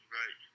right